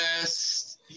best